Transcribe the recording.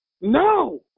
No